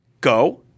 Go